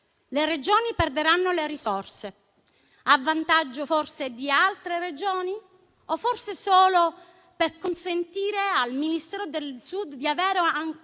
le Regioni perderanno le risorse. A vantaggio forse di altre Regioni? O forse solo per consentire al Ministero del Sud di avere ancora